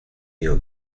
digo